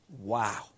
Wow